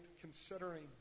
considering